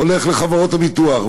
הולך לחברות הביטוח.